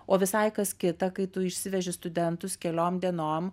o visai kas kita kai tu išsiveži studentus keliom dienom